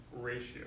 ratio